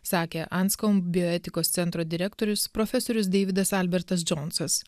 sakė anskom bioetikos centro direktorius profesorius deividas albertas džonsas